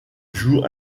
joue